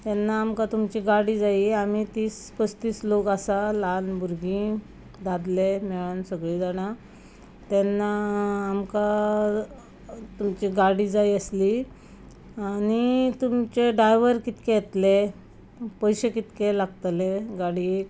तेन्ना आमकां तुमची गाडी जायी आमी तीस पस्तीस लोक आसा ल्हान भुरगीं दादले मेळून सगळीं जाणा तेन्ना आमकां तुमची गाडी जायी आसली आनी तुमचे डायवर कितके येतले पयशे कितके लागतले गाडयेक